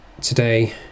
today